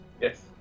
yes